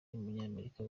umunyamerika